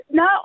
No